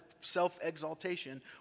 self-exaltation